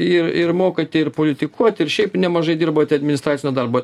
ir ir mokate ir politikuot ir šiaip nemažai dirbote administracinio darbo